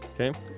Okay